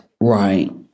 right